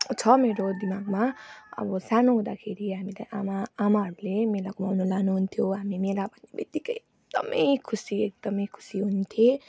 छ मेरो दिमागमा अब सानो हुँदाखेरि हामीलाई आमा आमाहरूले मेला घुमाउनु लानु हुन्थ्यो हामी मेला भन्ने बित्तिकै एकदमै खुसी एकदमै खुसी हुन्थ्यौँ